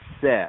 set